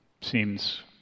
Seems